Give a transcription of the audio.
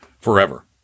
forever